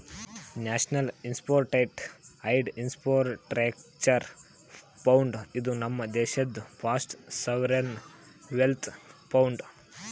national investment and infrastructure fund, ಇದು ನಮ್ ದೇಶಾದು ಫಸ್ಟ್ ಸಾವರಿನ್ ವೆಲ್ತ್ ಫಂಡ್